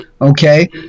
Okay